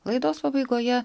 laidos pabaigoje